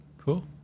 Cool